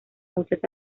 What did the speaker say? muchas